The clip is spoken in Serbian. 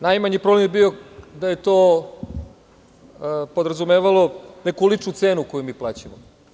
Najmanji problem je bio da je to podrazumevalo neku ličnu cenu koju mi plaćamo.